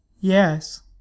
yes